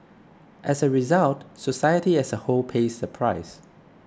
as a result society as a whole pays the price